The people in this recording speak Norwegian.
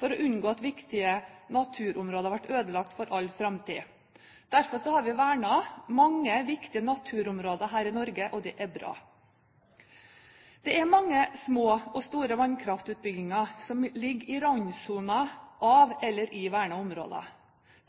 for å unngå at viktige naturområder ble ødelagt for all framtid. Derfor har vi vernet mange viktige naturområder her i Norge. Det er bra. Det er mange små og store vannkraftutbygginger som ligger i randsonen av eller i vernede områder.